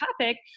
topic